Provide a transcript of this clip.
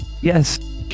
yes